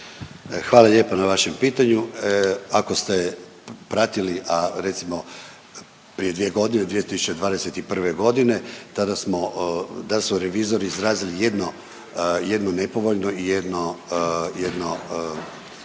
Hvala lijepa na vašem pitanju. Ako ste pratili, a recimo, prije 2 godine, 2021. g., tada smo, da su revizori izrazili jedno nepovoljno i jedno